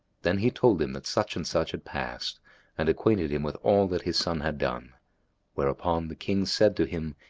then he told him that such and such had passed and acquainted him with all that his son had done whereupon the king said to him,